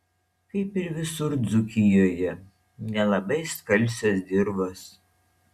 kaip ir visur dzūkijoje nelabai skalsios dirvos